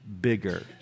bigger